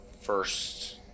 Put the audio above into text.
first